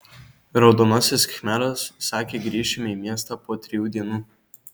raudonasis khmeras sakė grįšime į miestą po trijų dienų